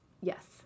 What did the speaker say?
Yes